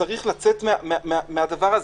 צריך לצאת מהדבר הזה,